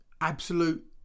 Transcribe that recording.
absolute